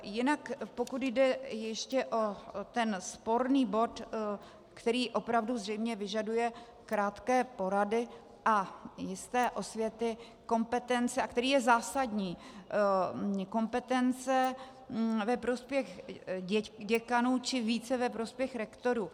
Jinak pokud jde ještě o sporný bod, který opravdu zřejmě vyžaduje krátké porady a jisté osvěty kompetence a který je zásadní, kompetence ve prospěch děkanů či více ve prospěch rektorů.